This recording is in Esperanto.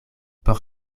por